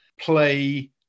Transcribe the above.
play